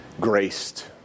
graced